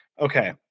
Okay